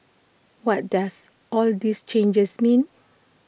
what does all these changes mean